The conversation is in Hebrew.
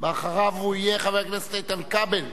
ואחריו יהיה חבר הכנסת איתן כבל,